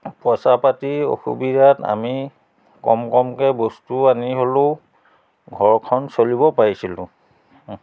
পইচা পাতি অসুবিধাত আমি কম কমকৈ বস্তু আনি হ'লেও ঘৰখন চলিব পাৰিছিলোঁ